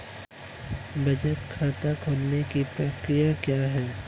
बचत खाता खोलने की प्रक्रिया क्या है?